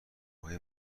های